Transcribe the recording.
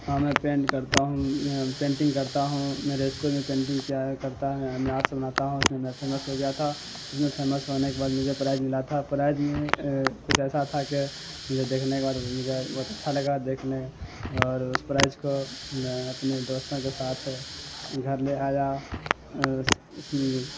ہاں میں پینٹ کرتا ہوں پینٹنگ کرتا ہوں میرے اسکول میں پینٹنگ کیا کرتا ہے میں آرٹس بناتا ہوں اس میں میں پھیمس ہو گیا تھا اس میں پھیمس ہونے کے بعد مجھے پرائز ملا تھا پرائز میں کچھ ایسا تھا کہ مجھے دیکھنے کے بعد مجھے بہت اچھا لگا دیکھنے اور اس پرائز کو میں اپنے دوستوں کے ساتھ گھر لے آیا اس اس میں